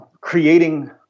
creating